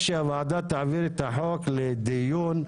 שוועדת חוץ ביטחון צריכה לטפל בו?